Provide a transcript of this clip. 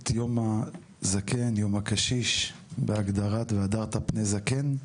את יום הזקן, יום הקשיש, בהגדרת "והדרת פני זקן",